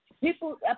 People